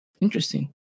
interesting